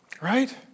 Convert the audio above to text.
right